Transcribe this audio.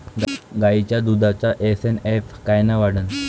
गायीच्या दुधाचा एस.एन.एफ कायनं वाढन?